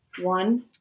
One